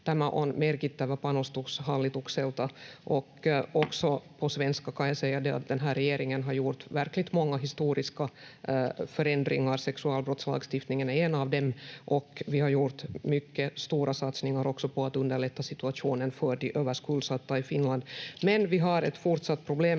Tämä on merkittävä panostus hallitukselta. Också på svenska kan jag säga det att den här regeringen gjort verkligt många historiska förändringar, sexualbrottslagstiftningen är en av dem, och vi har gjort mycket stora satsningar också på att underlätta situationen för de överskuldsatta i Finland. Men vi har ett fortsatt problem